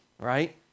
right